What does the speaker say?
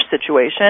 situation